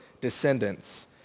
descendants